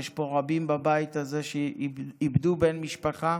ויש פה רבים בבית הזה שאיבדו בן משפחה.